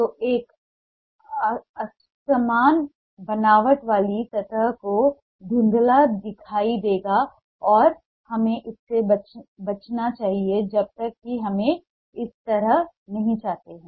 तो एक असमान बनावट वाली सतह को धुंधला दिखाई देगा और हमें इससे बचना चाहिए जब तक कि हम इसे इस तरह नहीं चाहते हैं